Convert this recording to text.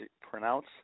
pronounce